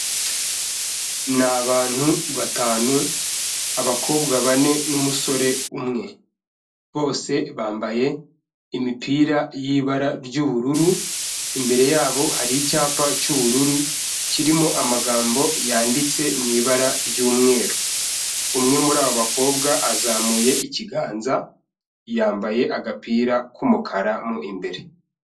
Ni abantu batanu, abakobwa bane'umusore umwe. Bose bambaye imipira y'ibara ry'ubururu, imbere yabo hari icyapa cy'ubururu kirimo amagambo yanditse mu ibara ry'umweru. Umwe muri abo bakobwa azamuye ikiganza, yambaye agapira k'umukara mo imbere.